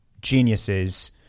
geniuses